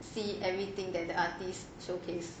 see everything that the artist showcase